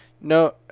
no